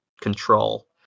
control